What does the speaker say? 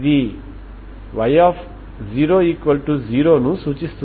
కావున ఈ విలువల కొరకు ఇది μnπLను సూచిస్తుంది